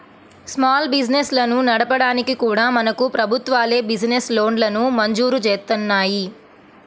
small బిజినెస్లను నడపడానికి కూడా మనకు ప్రభుత్వాలే బిజినెస్ లోన్లను మంజూరు జేత్తన్నాయి